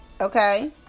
Okay